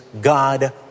God